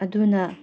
ꯑꯗꯨꯅ